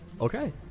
Okay